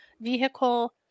vehicle